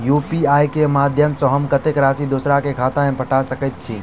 UPI केँ माध्यम सँ हम कत्तेक राशि दोसर केँ खाता मे पठा सकैत छी?